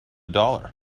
dollar